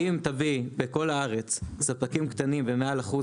אם תביא בכל הארץ ספקים קטנים במעל אחוז